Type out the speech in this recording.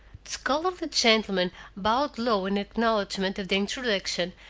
scholarly gentleman bowed low in acknowledgment of the introduction,